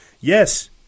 Yes